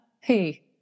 hey